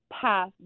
path